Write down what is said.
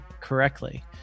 correctly